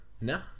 no